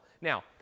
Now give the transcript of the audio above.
Now